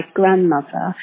grandmother